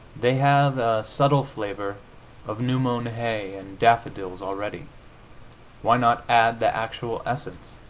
they have a subtle flavor of new-mown hay and daffodils already why not add the actual essence,